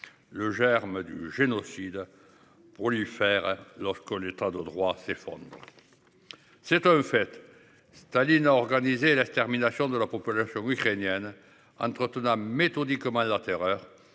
Le germe du génocide. Prolifère. Lorsque l'état de droit s'effondre. C'est un fait. Staline a organisé la termine de la pompe l'affaire ukrainienne entretenant méthodiquement la terreur,